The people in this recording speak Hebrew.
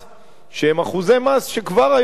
שהם אחוזי מס שכבר היום הם